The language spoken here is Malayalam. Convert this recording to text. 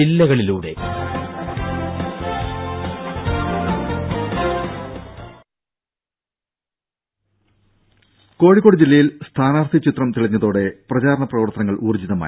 രും കോഴിക്കോട് ജില്ലയിൽ സ്ഥാനാർഥി ചിത്രം തെളിഞ്ഞതോടെ പ്രചാരണ പ്രവർത്തനങ്ങൾ ഊർജ്ജിതമായി